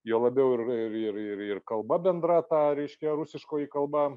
juo labiau ir ir ir ir kalba bendra tą reiškia rusiškoji kalba